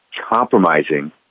compromising